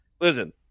listen